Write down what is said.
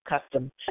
custom